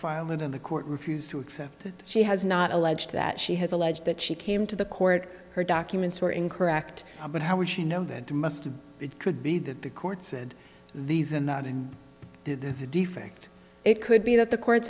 file it in the court refused to accept she has not alleged that she has alleged that she came to the court her documents were incorrect but how would she know that must be it could be that the court said these and that and there's a defect it could be that the court